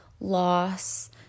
loss